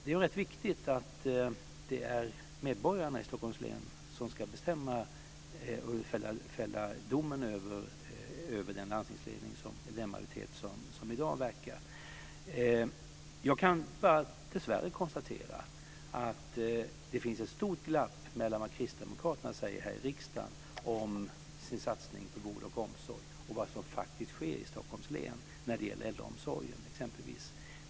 Det är rätt viktigt att det är medborgarna i Stockholms län som fäller domen över den majoritet som i dag verkar. Jag kan dessvärre bara konstatera att det finns ett stort glapp mellan det kristdemokraterna säger här i riksdagen om sin satsning på vård och omsorg och vad som faktiskt sker i Stockholms län när det gäller exempelvis äldreomsorgen.